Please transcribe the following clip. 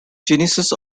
genesis